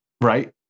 right